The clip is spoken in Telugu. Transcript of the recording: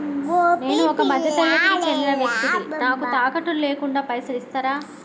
నేను ఒక మధ్య తరగతి కి చెందిన వ్యక్తిని నాకు తాకట్టు లేకుండా పైసలు ఇస్తరా?